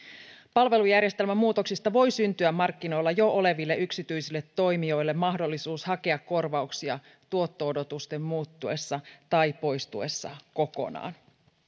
palvelujärjestelmän muutoksista voi syntyä markkinoilla jo oleville yksityisille toimijoille mahdollisuus hakea korvauksia tuotto odotusten muuttuessa tai poistuessa kokonaan